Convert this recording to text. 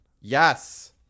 Yes